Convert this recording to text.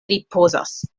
ripozas